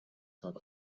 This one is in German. dort